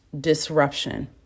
disruption